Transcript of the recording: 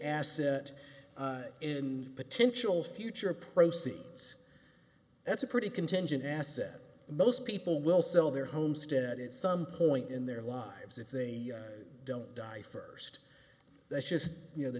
asset in potential future proceeds that's a pretty contingent asset most people will sell their home stead at some point in their lives if they don't die first that's just you know the